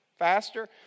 faster